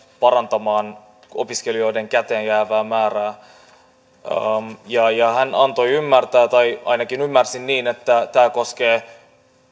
parantamaan opiskelijoiden käteenjäävää määrää ja hän antoi ymmärtää tai ainakin ymmärsin niin että tämä koskee